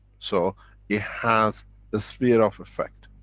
so it has a sphere of effect.